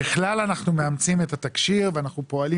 ככלל אנחנו מאמצים את התקשי"ר ואנחנו פועלים